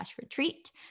retreat